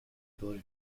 ability